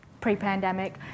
pre-pandemic